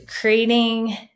creating